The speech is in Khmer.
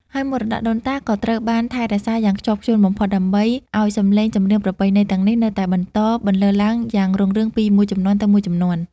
ហើយមរតកដូនតាក៏ត្រូវបានថែរក្សាយ៉ាងខ្ជាប់ខ្ជួនបំផុត ដើម្បីឱ្យសម្លេងចម្រៀងប្រពៃណីទាំងនេះនៅតែបន្តបន្លឺឡើងយ៉ាងរុងរឿងពីមួយជំនាន់ទៅមួយជំនាន់។